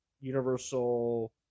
Universal